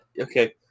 Okay